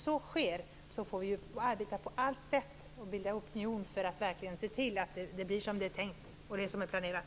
Om så inte sker får vi på allt sätt arbeta och bilda opinion för att se till att det blir som det är tänkt och planerat.